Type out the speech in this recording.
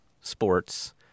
sports